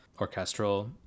orchestral